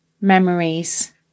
memories